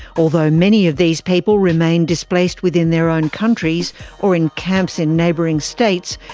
although many of these people remain displaced within their own countries or in camps in neighbouring states,